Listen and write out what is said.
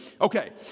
Okay